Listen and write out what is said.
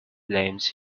blames